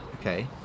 okay